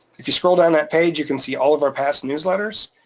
if you scroll down that page, you can see all of our past newsletters.